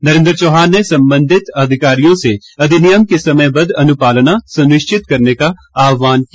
नरेंद्र चौहान ने संबंधित अधिकारियों से अधिनियम की समयबद्ध अनुपालना सुनिश्चित करने का आहवान किया